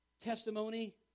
testimony